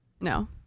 no